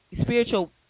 spiritual